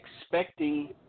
expecting